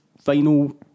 final